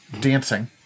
dancing